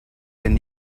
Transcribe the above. wenn